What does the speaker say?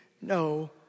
No